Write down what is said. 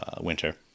winter